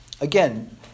Again